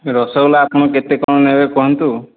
ରସଗୋଲା ଆପଣ କେତେ କ'ଣ ନେବେ କୁହନ୍ତୁ